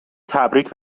تبریک